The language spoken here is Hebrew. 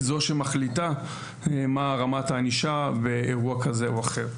היא זו שמחליטה מה רמת הענישה באירוע כזה או אחר.